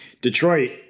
Detroit